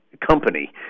company